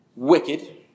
Wicked